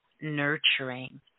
Nurturing